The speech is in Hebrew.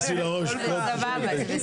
אין, נכנס לי לראש קוד 99. סבבה, זה בסדר.